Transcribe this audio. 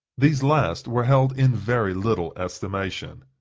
these last were held in very little estimation.